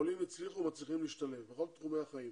העולים הצליחו ומצליחים להשתלב בכל תחומי החיים